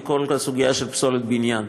היא כל הסוגיה של פסולת בניין.